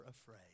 afraid